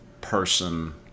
person